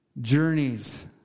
journeys